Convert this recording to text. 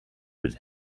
with